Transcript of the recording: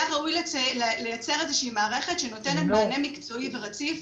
היה ראוי לייצר איזו מערכת שנותנת מענה מקצועי ורציף.